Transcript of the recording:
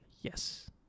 yes